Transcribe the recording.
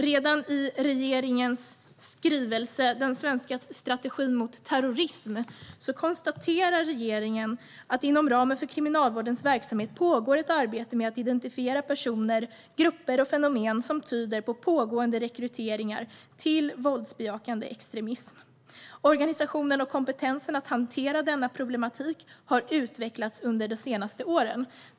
Redan i regeringens skrivelse Den svens ka strategin mot terrorism konstaterar regeringen att det inom ramen för Kriminalvårdens verksamhet pågår ett arbete med att identifiera personer, grupper och fenomen som tyder på pågående rekryteringar till våldsbejakande extremism. Organisationen och kompetensen att hantera denna problematik har utvecklats under de senaste åren.